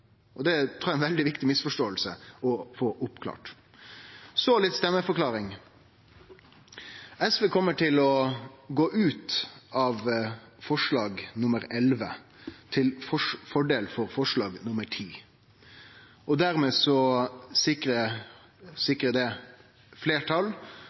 og det trur eg er ei veldig viktig misforståing å få oppklart. Så litt stemmeforklaring. SV kjem til å gå ut av forslag nr. 11 til fordel for forslag nr. 10. Dermed sikrar det fleirtal for forslaget, som lyder: «Stortinget ber regjeringen sikre at erfaring og